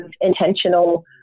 intentional